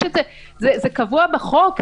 זה קבוע בחוק,